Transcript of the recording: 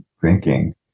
drinking